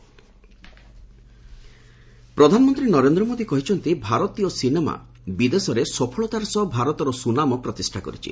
PM cinema ପ୍ରଧାନମନ୍ତ୍ରୀ ନରେନ୍ଦ୍ର ମୋଦି କହିଛନ୍ତି ଭାରତୀୟ ସିନେମା ବିଦେଶରେ ସଫଳତାର ସହ ଭାରତର ସୁନାମ ପ୍ରତିଷ୍ଠା କରିଛି